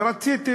ורציתי להבין: